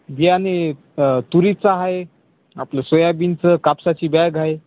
बियाणे तुरीचं आहे आपलं सोयाबीनचं कापसाची बॅग आहे